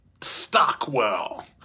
Stockwell